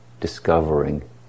discovering